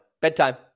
bedtime